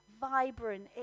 vibrant